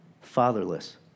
fatherless